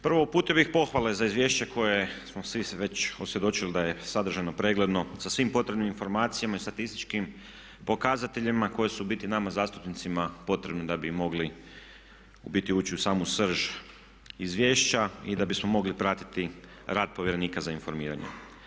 Prvo uputio bih pohvale za izvješće koje smo svi se već osvjedočili da je sadržajno pregledno sa svim potrebnim informacijama i statističkim pokazateljima koji su u biti nama zastupnicima potrebni da bi mogli u biti ući u samu srž izvješća i da bismo mogli pratiti rad povjerenika za informiranje.